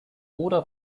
oder